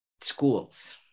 schools